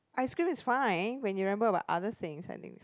ice cream is fine when you remember about things at least